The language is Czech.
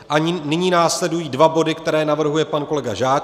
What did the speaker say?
A nyní následují dva body, které navrhuje pan kolega Žáček.